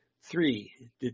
Three